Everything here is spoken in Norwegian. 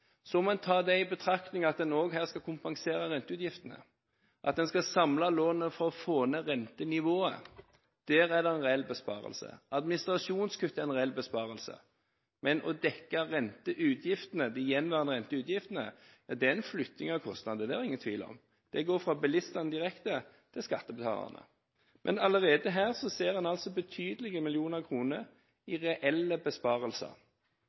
Så må man ta i betraktning at man også skal kompensere for renteutgiftene, at man skal samle lånet for å få ned rentenivået. Der er det en reell besparelse. Administrasjonskutt er en reell besparelse. Men å dekke de gjenværende renteutgiftene er flytting av kostnader – det er det ingen tvil om. Det går fra bilistene direkte til skattebetalerne. Men allerede her ser man at det er betydelige millioner kroner i reelle besparelser